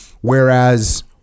Whereas